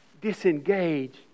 disengage